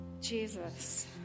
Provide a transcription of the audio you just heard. Jesus